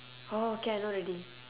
oh okay I know already